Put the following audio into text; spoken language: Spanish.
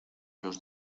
los